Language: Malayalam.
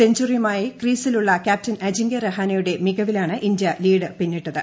സെഞ്ചുറിയുമായി ക്രീസിലുള്ള ക്യാപ്റ്റൻ അജിങ്ക്യ രഹാനെയുടെ മികവിലാണ് ഇന്ത്യ ഇന്നിംഗ്സ് ലീഡ് പിന്നിട്ടത്